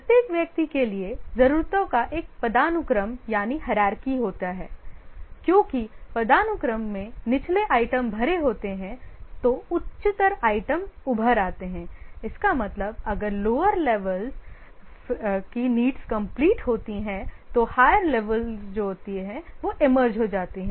प्रत्येक व्यक्ति के लिए जरूरतों का एक पदानुक्रम होता है क्योंकि पदानुक्रम में निचले आइटम भरे होते हैं तो उच्चतर आइटम उभर आते हैं